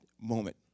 moment